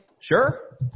Sure